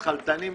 שכלתניים,